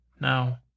now